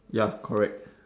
ya correct